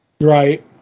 Right